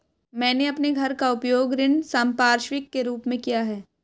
मैंने अपने घर का उपयोग ऋण संपार्श्विक के रूप में किया है